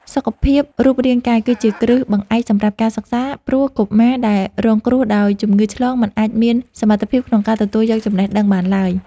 សុខភាពរូបរាងកាយគឺជាគ្រឹះបង្អែកសម្រាប់ការសិក្សា ព្រោះកុមារដែលរងគ្រោះដោយជំងឺឆ្លងមិនអាចមានសមត្ថភាពក្នុងការទទួលយកចំណេះដឹងបានឡើយ។